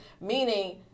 meaning